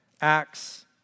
acts